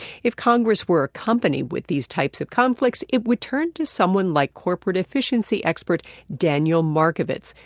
if congress were a company with these types of conflicts, it would turn to someone like corporate efficiency expert daniel markovitz,